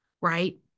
right